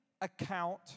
account